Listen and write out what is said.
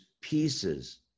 pieces